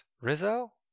rizzo